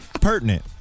Pertinent